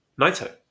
Naito